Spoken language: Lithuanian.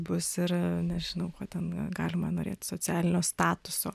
bus ir nežinau ko ten galima norėt socialinio statuso